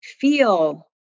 feel